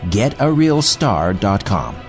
getarealstar.com